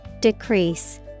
Decrease